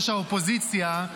ראש האופוזיציה,